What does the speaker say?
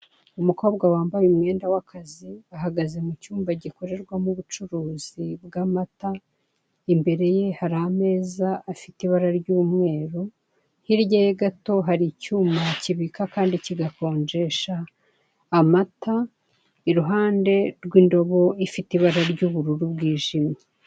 Umukobwa wambaye umwenda w'akazi, ahagaze mu cyumba gikorerwamo ubucuruzi bw'amata, imbere ye hari ameza afite ibara ry'umweru, hirya ye gato hari icyuma kibika kandi kigakonjesha amata, iruhande rwe indobo ifite ibara ry'ubururu bwijimye.